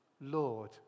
Lord